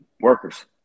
workers